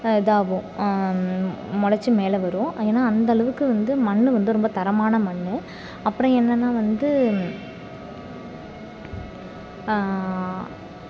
இதாகும் முளச்சி மேலே வரும் ஏன்னா அந்தளவுக்கு வந்து மண்ணு வந்து ரொம்ப தரமான மண்ணு அப்புறம் என்னென்னா வந்து